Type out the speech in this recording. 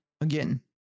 again